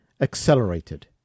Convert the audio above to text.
accelerated